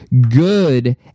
good